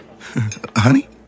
Honey